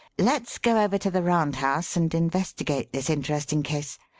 let us go over to the round house and investigate this interesting case.